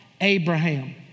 Abraham